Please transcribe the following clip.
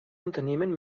unternehmen